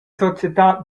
societad